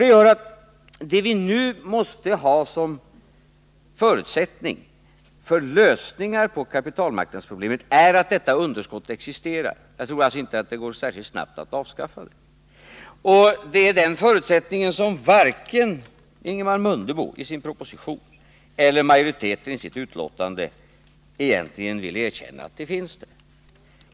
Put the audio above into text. Det gör att det vi nu måste ha som förutsättning för lösningar på kapitalmarknadsproblemet är att detta underskott existerar. Jag tror alltså inte att det går att avskaffa det särskilt snabbt. Det är den förutsättningen som varken Ingemar Mundebo i sin proposition eller utskottsmajoriteten i sitt betänkande egentligen vill erkänna finns där.